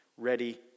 ready